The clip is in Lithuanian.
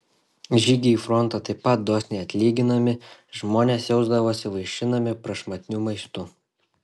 žygiai į frontą taip pat dosniai atlyginami žmonės jausdavosi vaišinami prašmatniu maistu